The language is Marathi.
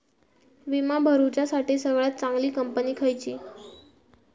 विमा भरुच्यासाठी सगळयात चागंली कंपनी खयची?